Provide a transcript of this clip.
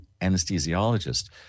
anesthesiologist